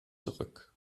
zurück